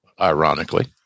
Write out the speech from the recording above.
ironically